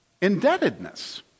Indebtedness